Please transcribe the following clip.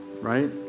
right